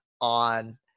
on